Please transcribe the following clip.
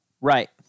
Right